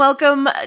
Welcome